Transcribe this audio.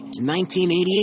1988